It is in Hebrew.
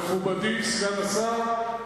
מכובדי סגן השר,